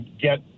get